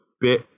bit